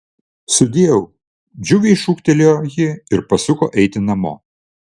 sudieu džiugiai šūktelėjo ji ir pasuko eiti namo